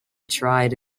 tried